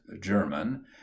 German